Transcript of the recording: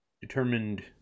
determined